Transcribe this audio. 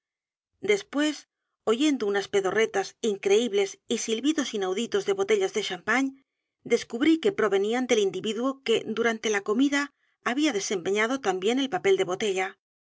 después oyendo unas pedorretas increíbles y silbidos inauditos de botellas de champagne descubrí que provenían del individuo que durante la comida había desempeñado tan bien el papel de botella